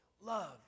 love